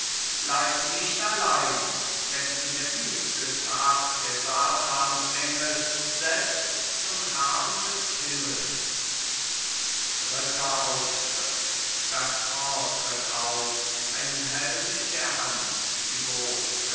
bleib nicht allein denn in der wüste trat der satansengel selbst zum herrn des himmels dritter auftritt bertrand tritt auf einen helm in der hand